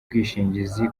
bwishingizi